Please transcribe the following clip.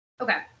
Okay